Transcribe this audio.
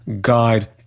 guide